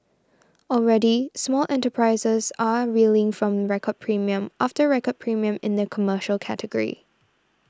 already small enterprises are reeling from record premium after record premium in the commercial category